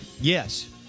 Yes